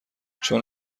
چون